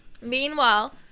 meanwhile